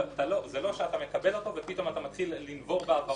לא אחרי שאתה מקבל אותו אתה מתחיל לנבור בעברו.